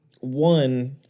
one